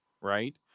right